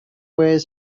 ways